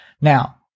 Now